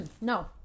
No